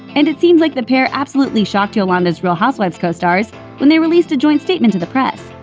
and it seems like the pair absolutely shocked yolanda's real housewives co-stars when they released a joint statement to the press.